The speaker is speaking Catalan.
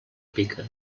pica